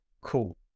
Cool